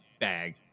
bag